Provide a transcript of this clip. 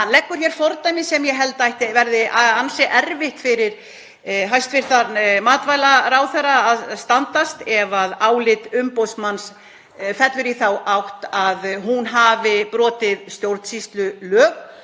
Hann sýnir hér fordæmi sem ég held að verði ansi erfitt fyrir hæstv. matvælaráðherra að standast, ef álit umboðsmanns fellur í þá átt að hún hafi brotið stjórnsýslulög,